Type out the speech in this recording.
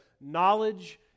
knowledge